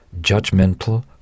judgmental